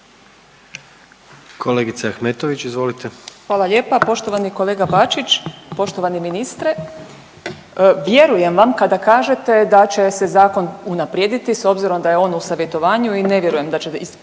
**Ahmetović, Mirela (SDP)** Hvala lijepa. Poštovani kolega Bačić, poštovani ministre, vjerujem vam kada kažete da će se zakon unaprijediti s obzirom da je on u savjetovanju i ne vjerujem da ćete